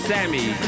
Sammy